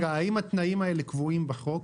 האם התנאים האלה קבועים בחוק?